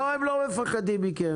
לא, הם לא מפחדים מכם.